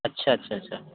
اچھا اچھا اچھا